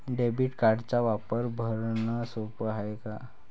Debit कार्डचा वापर भरनं सोप हाय का?